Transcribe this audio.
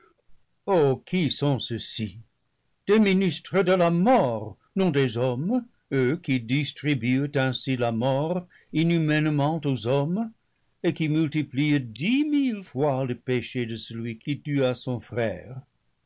oh qui sont ceux-ci des ministres de la mort non des hommes eux qui distribuent ainsi la mort inhumainement aux hommes et qui multiplient dix mille fois le péché de celui qui tua son frère